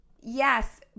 Yes